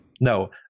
No